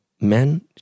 Men